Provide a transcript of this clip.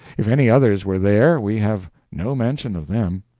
if any others were there we have no mention of them.